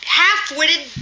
half-witted